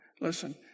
Listen